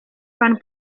pan